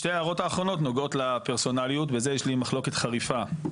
שתי ההערות האחרות נוגעות לפרסונליות וזה יש לי מחלוקת חריפה.